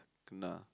tuna